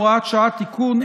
הוראת שעה) (תיקון),